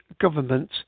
government